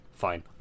fine